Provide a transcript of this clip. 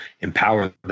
Empower